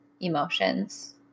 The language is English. emotions